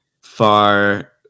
far